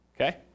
okay